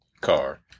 car